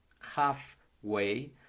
halfway